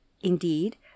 Indeed